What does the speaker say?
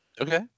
Okay